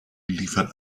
liefert